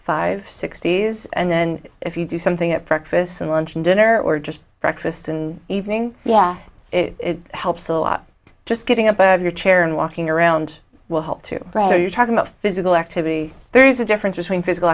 five sixty's and then if you do something at breakfast and lunch and dinner or just breakfast in evening yeah it helps a lot just getting above your chair and walking around will help to read are you talking about physical activity there is a difference between physical